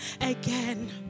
again